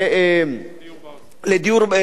לדיור בר-השגה.